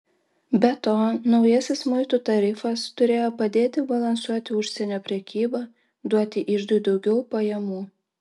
be to naujasis muitų tarifas turėjo padėti balansuoti užsienio prekybą duoti iždui daugiau pajamų